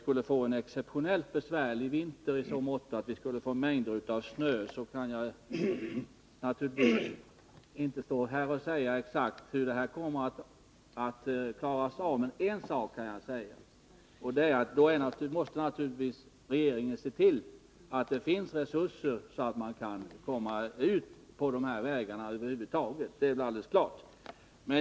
Skulle vi få en exceptionellt besvärlig vinter i så måtto att vi får mängder av snö, kan jag naturligtvis inte säga exakt hur det kommer att klaras av, men en sak kan jag säga: Då måste regeringen se till att det finns resurser så att man kan komma ut på de här vägarna — det är alldeles klart.